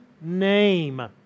name